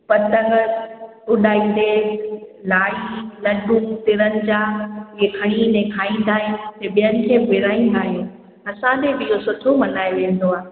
पतंग उॾाईंदे लाई लॾूं तिरन जा इहे खड़ी ऐं खईंदा आहियूं ऐं ॿियनि खे विराईंदा आहियूं असांजो बि इहो सुठो मल्हायो वेंदो आहे